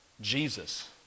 Jesus